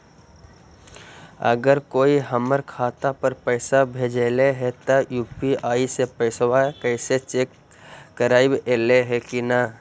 अगर कोइ हमर खाता पर पैसा भेजलके हे त यु.पी.आई से पैसबा कैसे चेक करबइ ऐले हे कि न?